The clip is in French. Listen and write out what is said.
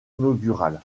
inaugural